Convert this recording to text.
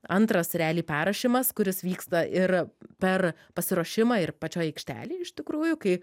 antras realiai perrašymas kuris vyksta ir per pasiruošimą ir pačioj aikštelėj iš tikrųjų kai